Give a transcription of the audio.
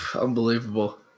Unbelievable